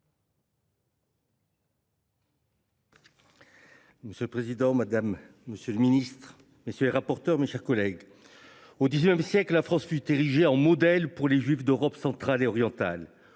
Monsieur le président, madame, monsieur les ministres, mes chers collègues, au XIX siècle, la France fut érigée en modèle pour les juifs d’Europe centrale et orientale,